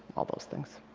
all those things.